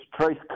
Trace